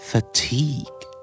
Fatigue